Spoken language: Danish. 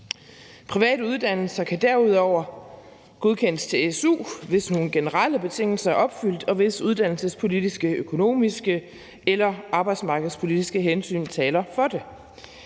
Private uddannelser kan derudover godkendes til su, hvis nogle generelle betingelser er opfyldt, og hvis uddannelsespolitiske, økonomiske eller arbejdsmarkedspolitiske hensyn taler for det.